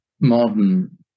modern